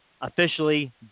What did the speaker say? officially